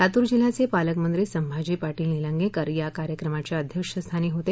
लातूर जिल्ह्याचे पालकमंत्री संभाजी पाटील निलंगेकर या कार्यक्रमाच्या अध्यक्षस्थानी होते